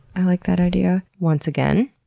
i like that idea. once again,